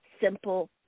simple